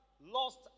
lost